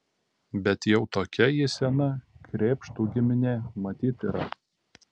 bet jau tokia ji sena krėpštų giminė matyt yra